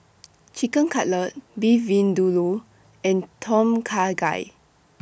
Chicken Cutlet Beef Vindaloo and Tom Kha Gai